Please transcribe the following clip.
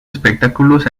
espectáculos